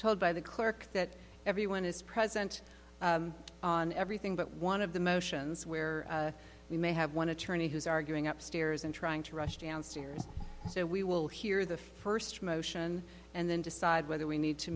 told by the clerk that everyone is present on everything but one of the motions where we may have one attorney who's arguing up stairs and trying to rush downstairs so we will hear the first motion and then decide whether we need to